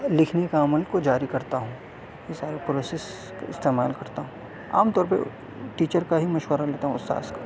لکھنے کا عمل کو جاری کرتا ہوں یہ سارا پروسس استعمال کرتا ہوں عام طور پہ ٹیچر کا ہی مشورہ لیتا ہوں استاذ کا